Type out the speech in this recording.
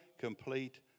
complete